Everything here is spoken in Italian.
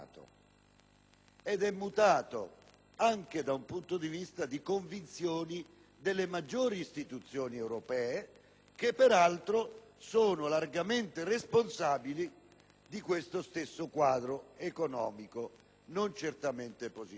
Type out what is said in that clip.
è mutato anche dal punto di vista delle convinzioni delle maggiori istituzioni europee che, peraltro, sono largamente responsabili di questo stesso quadro economico certamente non positivo.